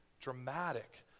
dramatic